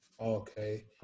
okay